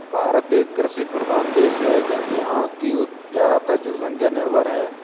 भारत एक कृषि प्रधान देश है यहाँ की ज़्यादातर जनसंख्या निर्भर है